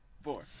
four